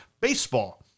baseball